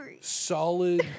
solid